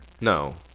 No